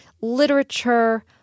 literature